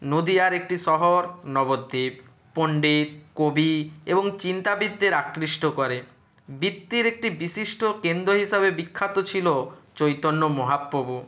নদীয়ার একটি শহর নবদ্বীপ পন্ডিত কবি এবং চিন্তাবিদদের আকৃষ্ট করে বৃত্তির একটি বিশিষ্ট কেন্দ্র হিসাবে বিখ্যাত ছিলো চৈতন্য মহাপ্রভু